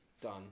Done